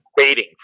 waiting